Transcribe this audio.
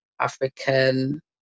African